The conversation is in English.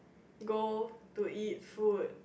go to eat food